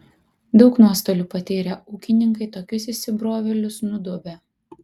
daug nuostolių patyrę ūkininkai tokius įsibrovėlius nudobia